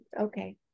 Okay